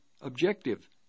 objective